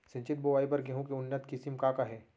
सिंचित बोआई बर गेहूँ के उन्नत किसिम का का हे??